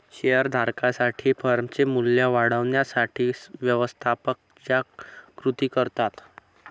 share धारकांसाठी फर्मचे मूल्य वाढवण्यासाठी व्यवस्थापक ज्या कृती करतात